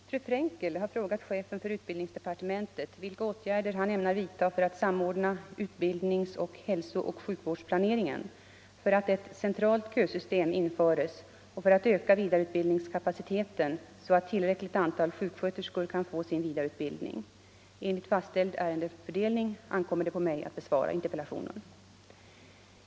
Fru talman! Fru Frenkel har frågat chefen för utbildningsdepartementet vilka åtgärder han ämnar vidta för att samordna utbildningsoch hälsooch sjukvårdsplaneringen, för att ett centralt kösystem införes och för att öka vidareutbildningskapaciteten så att tillräckligt antal sjuksköterskor kan få sin vidareutbildning. Enligt fastställd ärendefördelning ankommer det på mig att besvara interpellationen.